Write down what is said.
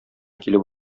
килеп